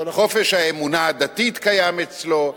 חופש האמונה הדתית קיים אצלו,